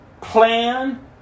plan